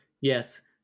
Yes